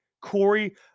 Corey